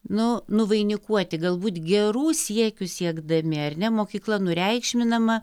nu nuvainikuoti galbūt gerų siekių siekdami ar ne mokykla nureikšminama